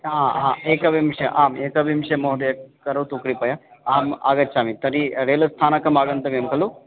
हा हा एकविंशे आम् एकविंशे महोदय करोतु कृपया आम् आगच्छामि तर्हि रेल् स्थानकम् आगन्तव्यं खलु